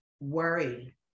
worry